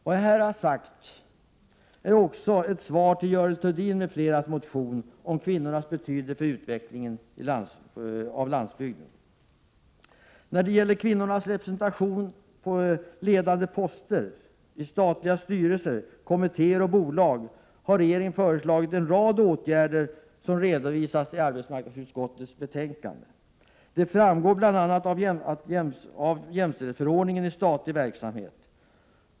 Vad jag här sagt är också svar på Görel Thurdins m.fl. centerpartisters motion om kvinnornas betydelse för utveckling av landsbygden. När det gäller kvinnornas representation på ledande poster, i statliga styrelser, kommittéer och bolag har regeringen föreslagit en rad åtgärder som redovisas i arbetsmarknadsutskottets betänkande. Det framgår bl.a. av jämställdhetsförordningen i statlig verksamhet.